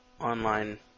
online